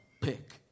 pick